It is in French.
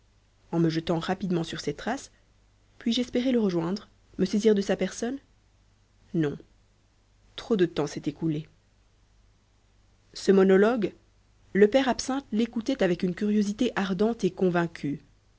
en me jetant rapidement sur ses traces puis-je espérer le rejoindre me saisir de sa personne non trop de temps s'est écoulé ce monologue le père absinthe l'écoutait avec une curiosité ardente et convaincue